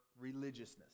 religiousness